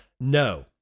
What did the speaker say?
No